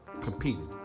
competing